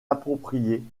appropriée